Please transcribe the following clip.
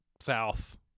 south